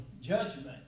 judgment